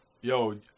yo